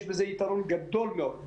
יש בזה יתרון גדול מאוד.